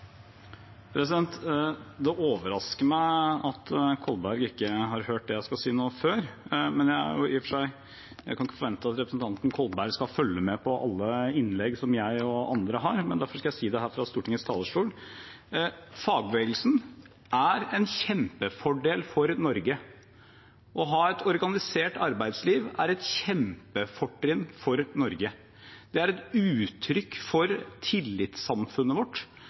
Det overrasker meg at representanten Kolberg ikke før har hørt det jeg skal si nå, men jeg kan i og for seg ikke forvente at representanten Kolberg skal følge med på alle innlegg som jeg og andre har. Derfor skal jeg si det her fra Stortingets talerstol: Fagbevegelsen er en kjempefordel for Norge. Å ha et organisert arbeidsliv er et kjempefortrinn for Norge. Det er et uttrykk for tillitssamfunnet vårt,